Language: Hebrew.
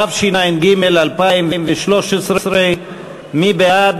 התשע"ג 2013. מי בעד?